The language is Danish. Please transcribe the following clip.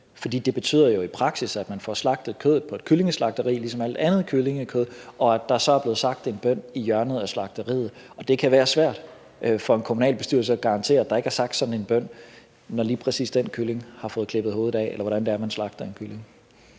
for det betyder jo i praksis, at man får slagtet kyllingen på et fjerkræslagteri, ligesom alle andre kyllinger, og at der så er blevet sagt en bøn i hjørnet af slagteriet. Det kan være svært for en kommunalbestyrelse at garantere, at der ikke er blevet sagt sådan en bøn, når lige præcis den kylling har fået klippet hovedet af – eller hvordan det er, man slagter en kylling.